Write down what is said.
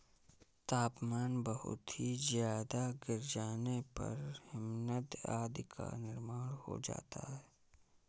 तापमान बहुत ही ज्यादा गिर जाने पर हिमनद आदि का निर्माण हो जाता है